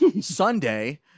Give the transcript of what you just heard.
Sunday